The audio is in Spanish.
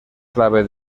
clave